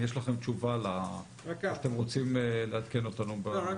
אם יש לכם תשובה או שאתם רוצים לעדכן אותנו.